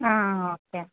okay